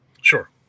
Sure